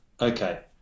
Okay